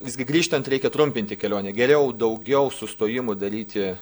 visgi grįžtant reikia trumpinti kelionę geriau daugiau sustojimų daryti